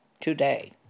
today